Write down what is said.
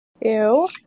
Ew